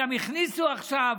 גם הכניסו עכשיו,